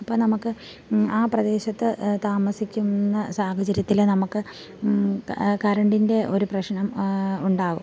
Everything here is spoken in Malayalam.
അപ്പം നമുക്ക് ആ പ്രദേശത്ത് താമസിക്കുന്ന സാഹചര്യത്തിൽ നമ്മൾക്ക് കരണ്ടിൻ്റെ ഒരു പ്രശ്നം ഉണ്ടാകും